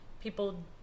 people